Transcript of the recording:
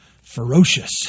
Ferocious